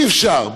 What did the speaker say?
אי-אפשר,